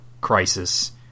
crisis